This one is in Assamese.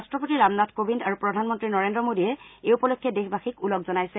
ৰট্টপতি ৰামনাথ কোবিন্দ আৰু প্ৰধানমন্ত্ৰী নৰেন্দ্ৰ মোডীয়ে এই উপলক্ষে দেশবাশীক ওলগ জনাইছে